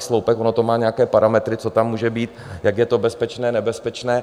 Ono to má nějaké parametry, co tam může být, jak je to bezpečné, nebezpečné.